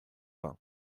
vingt